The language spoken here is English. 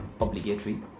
obligatory